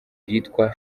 bwitwa